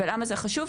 למה זה חשוב?